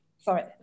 Sorry